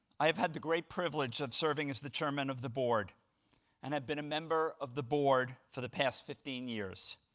i've had the great privilege of serving as the chairman of the board and have been a member of the board for the past fifteen years.